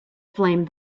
flame